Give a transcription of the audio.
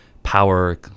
power